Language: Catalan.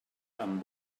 amb